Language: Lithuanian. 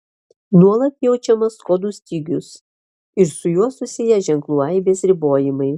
nuolat jaučiamas kodų stygius ir su juo susiję ženklų aibės ribojimai